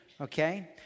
okay